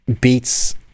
beats